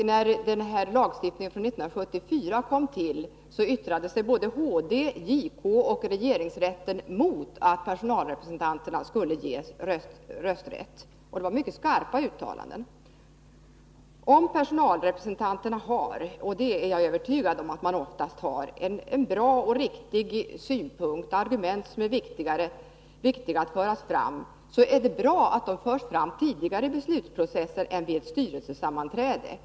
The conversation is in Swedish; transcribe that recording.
När lagstiftningen från 1974 kom till, yttrade sig både HD, JK och regeringsrätten i mycket skarpa uttalanden mot att personalrepresentanterna skulle ges rösträtt. Om personalrepresentanterna har en bra och riktig synpunkt och argument som är viktiga att föra fram — och det är jag övertygad om att man oftast har — är det bra att dessa förs fram tidigare i beslutsprocessen än vid ett styrelsesammanträde.